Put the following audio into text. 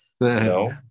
No